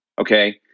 Okay